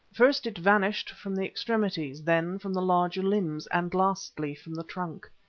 first it vanished from the extremities, then from the larger limbs, and lastly from the trunk.